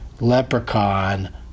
leprechaun